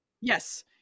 Yes